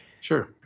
sure